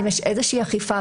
האם יש איזושהי אכיפה.